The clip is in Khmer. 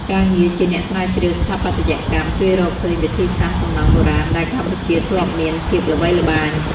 ការងារជាអ្នកស្រាវជ្រាវស្ថាបត្យកម្ម ជួយរកឃើញវិធីសាស្ត្រសំណង់បុរាណដែលកម្ពុជាធ្លាប់មានភាពល្បីល្បាញ។